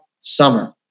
summer